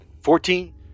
Fourteen